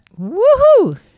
Woohoo